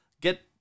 get